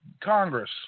Congress